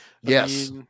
Yes